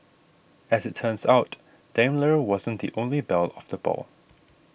as it turns out Daimler wasn't the only belle of the ball